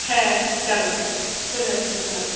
হ্যাঁ যাবে চলে আসুন আপনারা